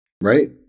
Right